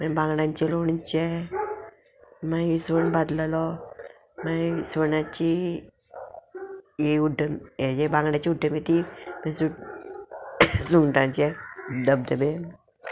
मागीर बांगड्यांचे लोणचे मागीर इसवण भाजललो मागीर सुण्याची ही उड्डम हे जे बांगड्याची उड्डमेथी मागीर सु सुंगटांचे धबधबे